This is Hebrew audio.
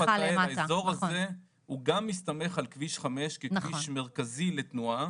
בכל חלקיו האזור הזה הוא גם מסתמך על כביש חמש ככביש מרכזי לתנועה